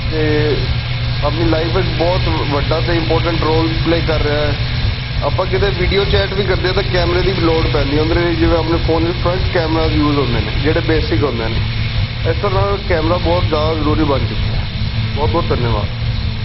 ਅਤੇ ਆਪਣੀ ਲਾਈਫ ਵਿੱਚ ਬਹੁਤ ਵੱਡਾ ਅਤੇ ਇਮਪੋਰਟੈਂਟ ਰੋਲ ਪਲੇ ਕਰ ਰਿਹਾ ਆਪਾਂ ਕਿਤੇ ਵੀਡੀਓ ਚੈਟ ਵੀ ਕਰਦੇ ਤਾਂ ਕੈਮਰੇ ਦੀ ਲੋੜ ਪੈਂਦੀ ਉਹਦੇ ਲਈ ਜਿਵੇਂ ਆਪਣੇ ਫੋਨ ਫਰੰਟ ਕੈਮਰਾ ਯੂਜ਼ ਹੁੰਦੇ ਨੇ ਜਿਹੜੇ ਬੇਸਿਕ ਹੁੰਦੇ ਨੇ ਇਸ ਤਰ੍ਹਾਂ ਕੈਮਰਾ ਬਹੁਤ ਜ਼ਿਆਦਾ ਜ਼ਰੂਰੀ ਬਣ ਚੁੱਕਿਆ ਬਹੁਤ ਬਹੁਤ ਧੰਨਵਾਦ